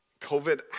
COVID